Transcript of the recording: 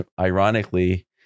ironically